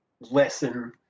lesson